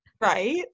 right